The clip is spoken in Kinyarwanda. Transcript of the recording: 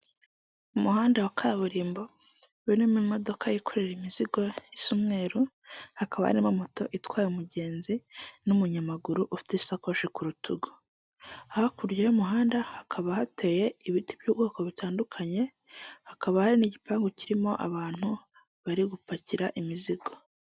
Umuhanda wa kaburimbo urimo modoka yikorera imizigo isa umweru hakaba harimo moto itwaye umugenzi n'umunyamaguru ufite isakoshi ku rutugu, hakurya y'umuhanda hakaba hateye ibiti by'ubwoko butandukanye, hakaba hari n'igipangu kirimo abantu bari gupakira imizigo.